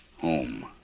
Home